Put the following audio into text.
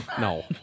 No